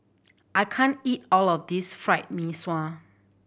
I can't eat all of this Fried Mee Sua